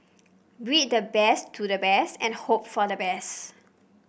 breed the best to the best and hope for the best